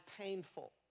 painful